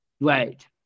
Right